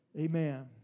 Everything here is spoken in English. Amen